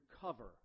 cover